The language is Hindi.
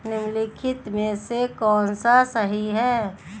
निम्नलिखित में से कौन सा सही है?